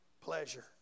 Pleasure